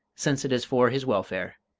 since it is for his welfare.